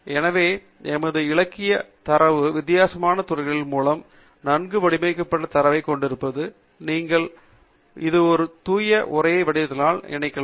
எனவே எமது இலக்கியத் தரவு வித்தியாசமான துறைகள் மூலம் நன்கு ஒழுங்கமைக்கப்பட்ட தரவைக் கொண்டிருப்பதை நீங்கள் காணலாம் அது ஒரு தூய உரை வடிவத்தினால் இணைக்கப்படலாம்